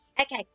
okay